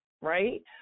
right